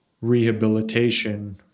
rehabilitation